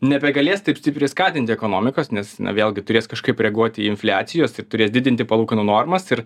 nebegalės taip stipriai skatinti ekonomikos nes na vėlgi turės kažkaip reaguoti į infliacijos ir turės didinti palūkanų normas ir